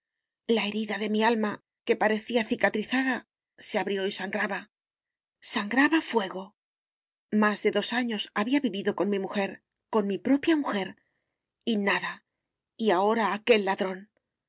la herida de mi alma que parecía cicatrizada se abrió y sangraba sangraba fuego más de dos años había vivido con mi mujer con mi propia mujer y nada y ahora aquel ladrón